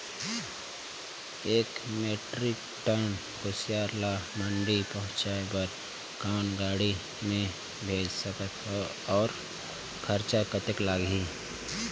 एक metric ton कुसियार ल मंडी पहुंचाय बर कौन गाड़ी मे भेज सकत हव अउ खरचा कतेक लगही?